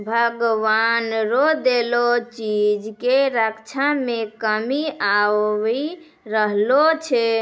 भगवान रो देलो चीज के रक्षा मे कमी आबी रहलो छै